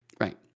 Right